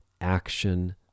action